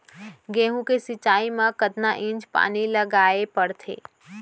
गेहूँ के सिंचाई मा कतना इंच पानी लगाए पड़थे?